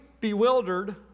bewildered